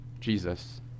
Jesus